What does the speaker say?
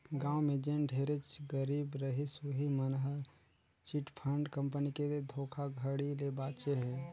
गाँव में जेन ढेरेच गरीब रहिस उहीं मन हर चिटफंड कंपनी के धोखाघड़ी ले बाचे हे